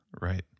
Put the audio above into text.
Right